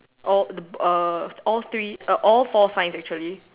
or err all three err all four five actually